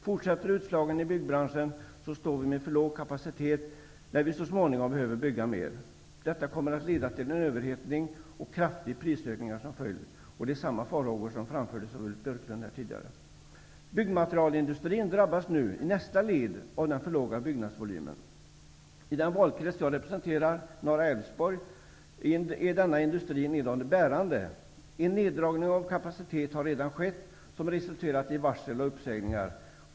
Fortsätter utslagningen i byggbranschen står vi med för låg kapacitet när vi så småningom behöver bygga mer. Detta kommer att leda till en överhettning med kraftiga prisökningar som följd. Samma farhåga framfördes av Ulf Björklund tidigare. Byggmaterialindustrin drabbas i nästa led av den för låga byggnadsvolymen. I den valkrets jag representerar, Norra Älvsborg, är denna industri en av de bärande. En neddragning av kapacitet har redan skett, som resulterat i varsel och uppsägningar.